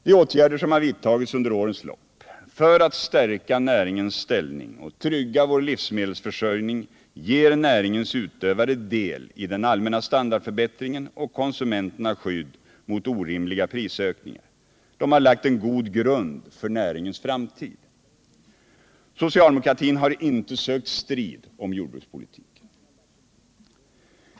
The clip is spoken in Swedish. De åtgärder som har vidtagits under årens lopp för att stärka näringens ställning och trygga vår livsmedelsförsörjning ger näringens utövare del i den allmänna standardförbättringen och konsumenterna skydd mot orimliga prisökningar. Vi har lagt en god grund för näringens framtid. Socialdemokratin har inte sökt strid om jordbrukspolitiken.